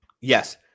Yes